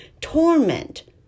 torment